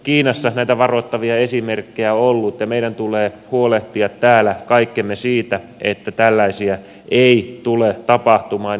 kiinassa näitä varoittavia esimerkkejä on ollut ja meidän tulee huolehtia täällä kaikkemme siitä että tällaisia ei tule tapahtumaan